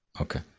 Okay